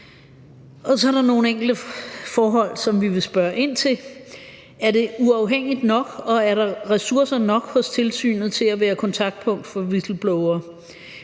Så er der nogle enkelte forhold, som vi vil spørge ind til: Er det uafhængigt nok, og er der ressourcer nok hos tilsynet til at være kontaktpunkt for whistleblowere?